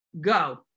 Go